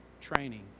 training